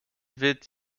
wird